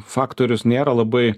faktorius nėra labai